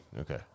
Okay